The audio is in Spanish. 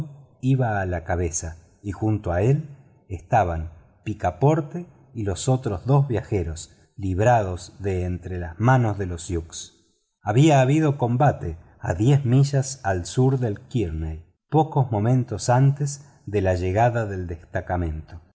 iba a la cabeza y junto a él estaban picaporte y los otros dos viajeros librados de entre las manos de los sioux había habido combate a diez millas al sur de kearney pocos momentos antes de la llegada del destacamento